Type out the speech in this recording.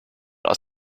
aus